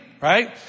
right